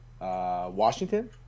Washington